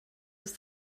ist